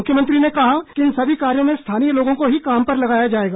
मुख्यमंत्री ने कहा कि इन सभी कार्यो में स्थानीय लोगों को ही काम पर लगाया जाएगा